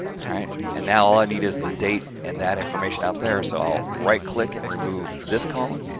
alright, and now all i need is the date and that information out there. so i'll right-click and remove this column,